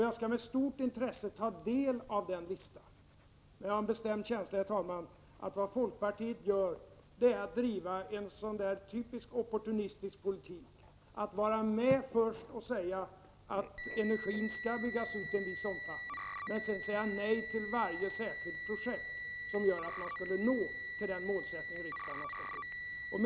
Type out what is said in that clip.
Jag skall med stort intresse ta del av listan. Jag har en bestämd känsla, herr talman, av att vad folkpartiet gör är att driva en typisk opportunistisk politik, där man först säger att energin skall byggas ut i viss omfattning och sedan säger nej till varje enskilt projekt som skulle göra att man kunde nå det mål riksdagen satt upp.